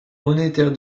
monétaire